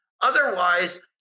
Otherwise